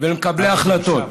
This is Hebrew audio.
ומקבלי ההחלטות